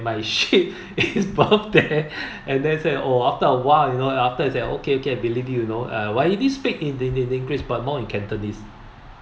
my ship is docked there and they said oh after a while you know after they said okay okay I believe you you know I already speak in in english but more in cantonese